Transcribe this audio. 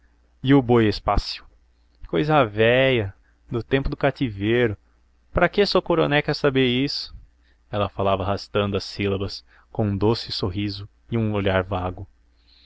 e o boi espácio cousa véia do tempo do cativeiro pra que sô coroné qué sabê disso ela falava arrastando as sílabas com um doce sorriso e um olhar vago